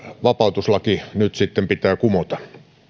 vapautuslaki nyt sitten pitää kumota